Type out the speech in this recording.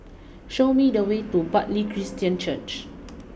show me the way to Bartley Christian Church